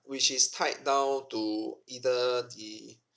which is tied down to either the